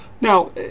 Now